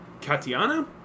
Katiana